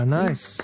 nice